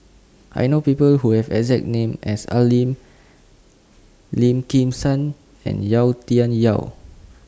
I know People Who Have exact name as Al Lim Lim Kim San and Yau Tian Yau